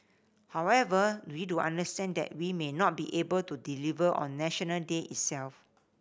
however we do understand that we may not be able to deliver on National Day itself